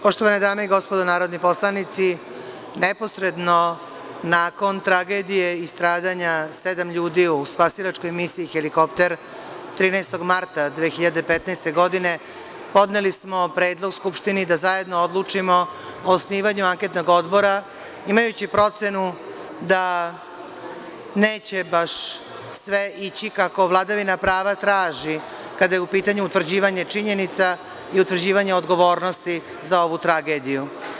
Poštovane dame i gospodo narodni poslanici, neposredno nakon tragedije i stradanja sedam ljudi u spasilačkoj misiji „helikopter“ 13. marta 2015. godine, podneli smo predlog Skupštini da zajedno odlučimo o osnivanju anketnog odbora, imajući procenu da neće baš sve ići kako vladavina prava traži kada je u pitanju utvrđivanje činjenica i utvrđivanje odgovornosti za ovu tragediju.